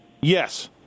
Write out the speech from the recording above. Yes